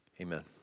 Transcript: amen